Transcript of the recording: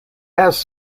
has